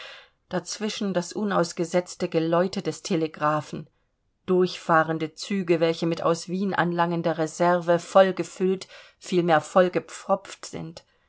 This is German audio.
dazwischen das unausgesetzte geläute des telegraphen durchfahrende züge welche mit aus wien anlangender reserve vollgefüllt vielmehr vollgepfropft sind